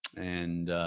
and,